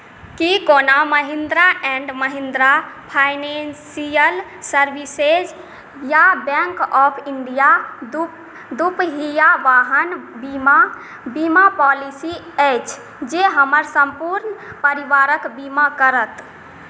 की कोनो Mahindra and Mahindra financial services या bank of India दुपहिया वाहन बीमा पॉलिसी अछि जे हमर सम्पूर्ण परिवारके बीमा करत